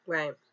Right